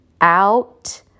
out